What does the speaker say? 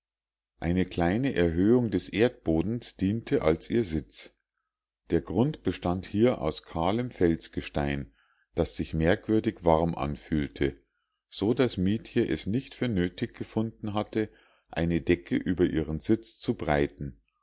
eine kleine erhöhung des erdbodens diente ihr als sitz der grund bestand hier aus kahlem felsgestein das sich merkwürdig warm anfühlte so daß mietje es nicht für nötig gefunden hatte eine decke über ihren sitz zu breiten